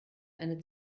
eine